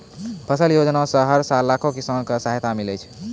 फसल योजना सॅ हर साल लाखों किसान कॅ सहायता मिलै छै